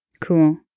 Cool